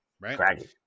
Right